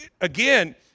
again